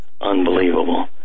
unbelievable